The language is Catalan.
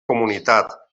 comunitat